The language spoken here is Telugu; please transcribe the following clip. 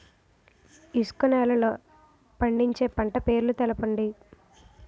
ఇసుక నేలల్లో పండించే పంట పేర్లు తెలపండి?